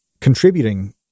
contributing